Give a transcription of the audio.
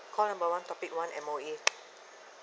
call number one topic one M_O_E